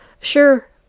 Sure